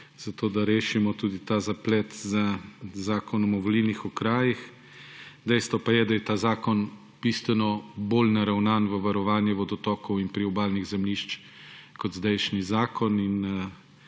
zato da rešimo tudi ta zaplet z zakonom o volilnih okrajih. Dejstvo pa je, da je ta zakon bistveno bolj naravnan v varovanje vodotokov in priobalnih zemljišč kot zdajšnji zakon